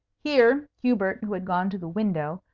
here hubert, who had gone to the window,